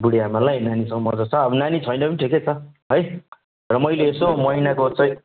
बुढी आमालाई नानीसँग मजा छ अब नानी छैन भने नि ठिकै छ है र मैले यसो महिनाको चाहिँ